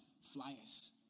flyers